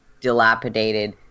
dilapidated